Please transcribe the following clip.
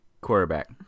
quarterback